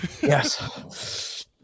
Yes